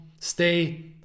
Stay